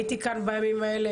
הייתי כאן בימים האלה,